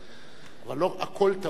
לא הכול טעות.